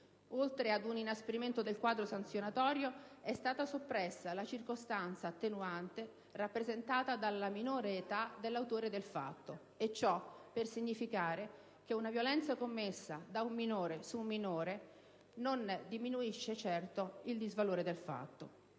Oltre ad un inasprimento del quadro sanzionatorio è stata soppressa la circostanza attenuante rappresentata dalla minore età dell'autore del fatto, e ciò per significare che una violenza commessa da un minore su un minore non diminuisce certo il disvalore del fatto.